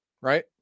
right